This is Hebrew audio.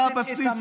אתה הבסיס,